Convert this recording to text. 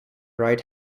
right